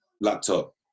laptop